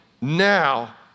now